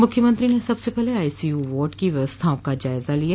मुख्यमंत्री ने सबसे पहले आईसीयू वार्ड की व्यवस्थाओं का जायजा लिया